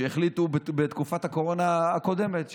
שהחליטו בתקופת הקורונה הקודמת,